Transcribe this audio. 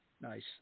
Nice